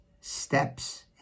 steps